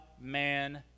man